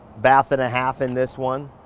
bath and a half in this one.